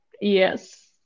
Yes